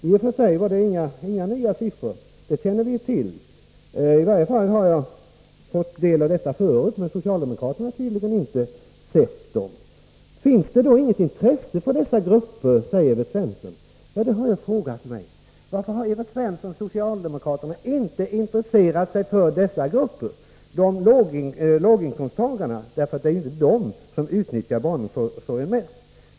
I och för sig var det inga nya siffror; vi kände till dem. I varje fall har jag fått del av dessa uppgifter tidigare, men socialdemokraterna har tydligen inte sett dem. Finns det då inget intresse för dessa grupper, undrar Evert Svensson. Ja, det har jag frågat mig. Varför har Evert Svensson och socialdemokraterna inte intresserat sig för dessa grupper, för låginkomsttagarna, för det är ju inte de som utnyttjar barnomsorgen mest?